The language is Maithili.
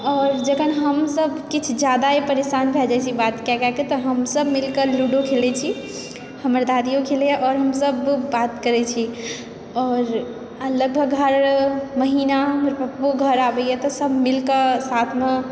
आओर जखन हमसब किछु जादाए परेशान भए जाइत छियै बात कए कए कऽ तऽ हमसब मिलके लूडो खेलय छी हमर दादियो खेलैया आओर हमसब बात करय छी आओर लगभग हर महीना ओ घर आबैया तऽ सब मिलके साथमे